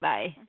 Bye